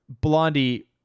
Blondie